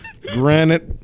granite